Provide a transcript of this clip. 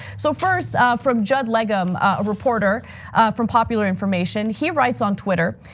so first from judd legumm, a reporter from popular information, he writes on twitter,